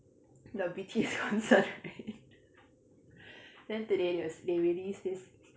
the B_T_S concert right then today the~ they release this